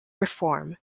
reform